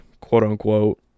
quote-unquote